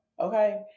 Okay